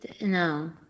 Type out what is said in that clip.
No